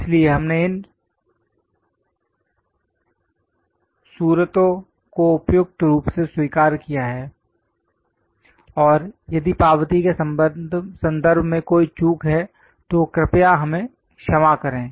इसलिए हमने इन स्रोतों को उपयुक्त रूप से स्वीकार किया है और यदि पावती के संदर्भ में कोई चूक है तो कृपया हमें क्षमा करें